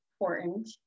important